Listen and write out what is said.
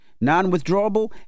Non-withdrawable